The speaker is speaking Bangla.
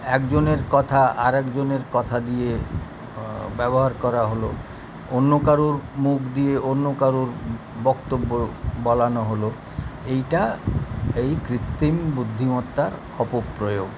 একজনের কথা আর একজনের কথা দিয়ে ব্যবহার করা হলো অন্য কারোর মুখ দিয়ে অন্য কারোর বক্তব্য বলানো হলো এইটা এই কৃত্তিম বুদ্ধিমত্তার অপপ্রয়োগ